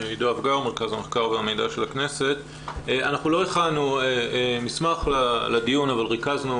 אנחנו לא הכנו מסמך לדיון אבל ריכזנו